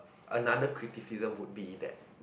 another criticism would be that with